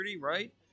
right